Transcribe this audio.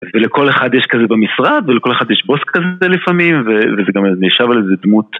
ולכל אחד יש כזה במשרד, ולכל אחד יש בוס כזה לפעמים, וזה גם ישב על איזה דמות.